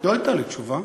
לא הייתה לי תשובה.